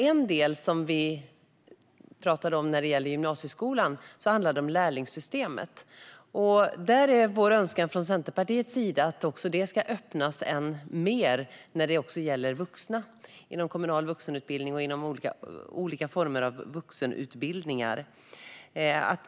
En del som vi pratade om när det gäller gymnasieskolan är lärlingssystemet. Vår önskan från Centerpartiets sida är att det ska öppnas än mer också när det gäller vuxna inom kommunal vuxenutbildning och andra former av vuxenutbildningar.